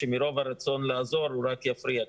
שמרוב הרצון לעזור הוא רק יפריע.